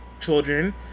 children